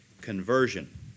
conversion